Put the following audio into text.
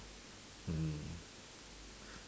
mm